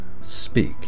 speak